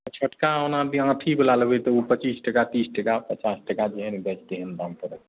छोटका एना आँठी बला लेबै तऽ ओ पचीस टका तीस टका पचास टका जेहन गाछ तेहन दाम पड़त